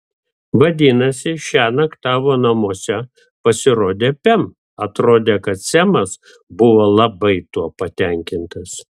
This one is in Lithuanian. vadinasi šiąnakt tavo namuose pasirodė pem atrodė kad semas buvo labai tuo patenkintas